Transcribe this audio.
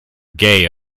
gay